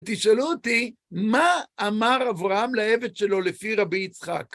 תשאלו אותי, מה אמר אברהם לעבד שלו לפי רבי יצחק?